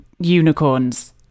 unicorns